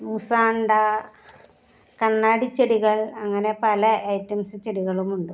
മുസാണ്ടാ കണ്ണാടി ചെടികൾ അങ്ങനെ പല ഐറ്റംസ് ചെടികളും ഉണ്ട്